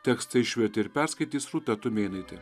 tekstą išvertė ir perskaitys rūta tumėnaitė